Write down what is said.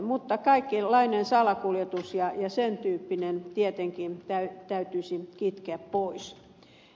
mutta kaikenlainen salakuljetus ja sen tyyppinen tietenkin täytyisi kitkeä pois